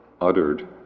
uttered